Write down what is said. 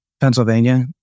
Pennsylvania